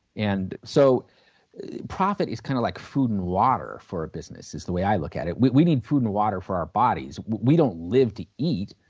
and so the profit is kind of like food and water for a business, is the way i look at it. we we need food and water for our bodies. we don't live to eat,